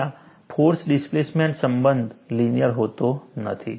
અહિંયા force displacement સંબંધ linear હોતો નથી